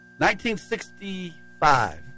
1965